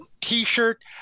t-shirt